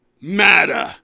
matter